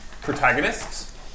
Protagonists